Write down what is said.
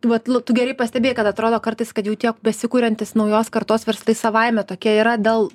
vat lu tu gerai pastebėjai kad atrodo kartais kad jau tiek besikuriantys naujos kartos verslai savaime tokie yra dėl